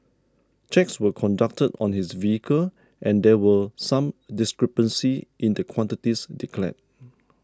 checks were conducted on his vehicle and there were some discrepancy in the quantities declared